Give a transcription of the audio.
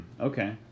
Okay